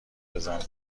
بزنی